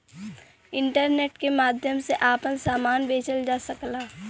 internet के माध्यम से आपन सामान बेचल जा सकला